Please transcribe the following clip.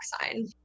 sign